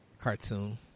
cartoon